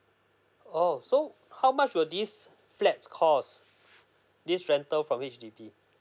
oo so how much will this flat cost this rental from H_D_B